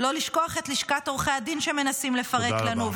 לא לשכוח את לשכת עורכי הדין שמנסים לפרק לנו,